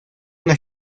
una